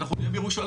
אנחנו נהיה בירושלים,